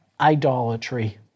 idolatry